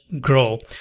grow